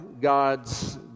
God's